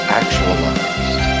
actualized